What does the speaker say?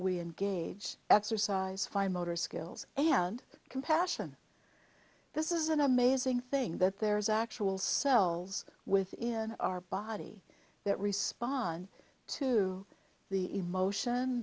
engage exercise fine motor skills and compassion this is an amazing thing that there's actual cells within our body that respond to the emotion